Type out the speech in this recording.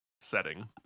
setting